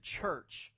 church